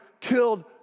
killed